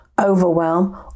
overwhelm